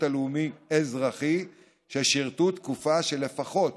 הלאומי אזרחי ששירתו תקופה של לפחות